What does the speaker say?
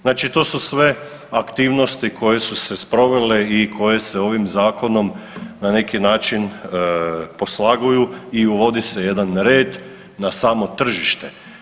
Znači to su sve aktivnosti koje su se sprovele i koje se ovim zakonom na neki način poslaguju i uvodi se jedan red na samo tržište.